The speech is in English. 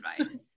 advice